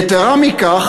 יתרה מזו,